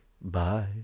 bye